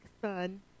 son